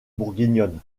bourguignonne